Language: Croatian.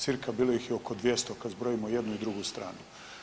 Cirka, bilo ih je oko 200 kad zbrojimo jednu i drugu stranu.